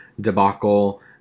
debacle